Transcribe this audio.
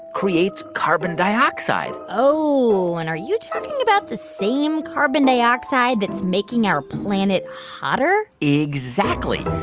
creates carbon dioxide oh. and are you talking about the same carbon dioxide that's making our planet hotter? exactly.